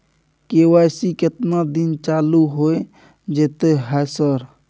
KYC केतना दिन चालू होय जेतै है सर?